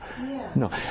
no